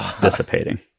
dissipating